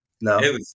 No